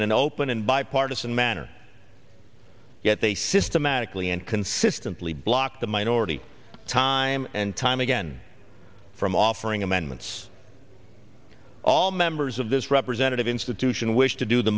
in an open and bipartisan manner yet they systematically and consistently block the minority time and time again from offering amendments all members of this representative institution wish to do the